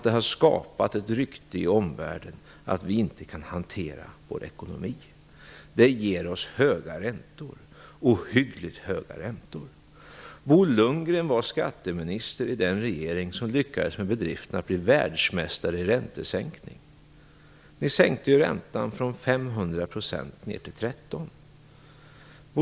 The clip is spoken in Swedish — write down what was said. Det har skapat ett rykte i omvärlden om att vi inte kan hantera vår ekonomi. Det ger oss ohyggligt höga räntor. Bo Lundgren var skatteminister i den regering som lyckades med bedriften att bli världsmästare i räntesänkning. Ni sänkte räntan från 500 % till 13 %.